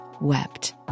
wept